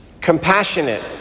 compassionate